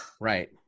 Right